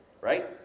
Right